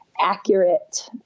accurate